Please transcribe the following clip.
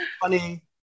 Funny